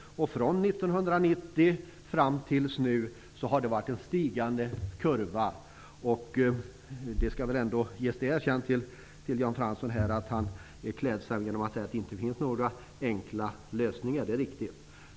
Från 1990 fram till nu har det varit en stigande kurva. Det erkännandet skall väl ändå ges Jan Fransson att han klädsamt säger att det inte finns några enkla lösningar. Det är riktigt.